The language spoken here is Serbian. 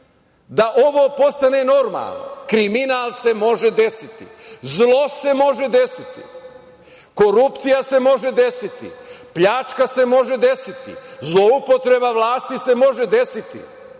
da ovo postane normalno. Kriminal se može desiti, zlo se može desiti, korupcija se može desiti, pljačka se može desiti, zloupotreba vlasti se može desiti. To